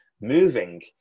moving